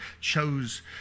chose